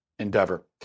endeavor